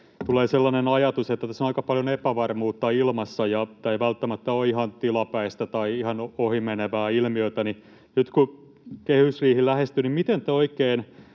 tulee sellainen ajatus, että tässä on aika paljon epävarmuutta ilmassa ja tämä ei välttämättä ole ihan tilapäistä tai ihan ohimenevää ilmiötä. Nyt kun kehysriihi lähestyy, miten te oikein